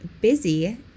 busy